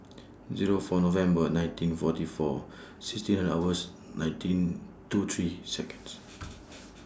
Zero four November nineteen forty four sixteen hours nineteen two three Seconds